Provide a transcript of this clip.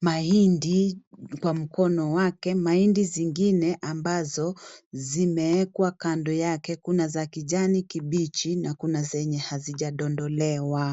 mahindi kwa mkono wake . Mahindi zingine ambazo zimewekwa kando yake kuna za kijani kibichi na kuna zenye hazijadondolewa.